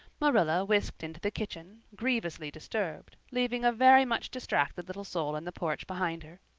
marilla whisked into the kitchen, grievously disturbed, leaving a very much distracted little soul in the porch behind her.